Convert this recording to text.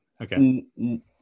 Okay